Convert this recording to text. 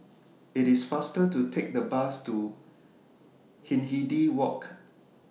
IT IS faster to Take The Bus to Hindhede Walk